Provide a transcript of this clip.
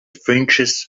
fringes